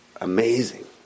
amazing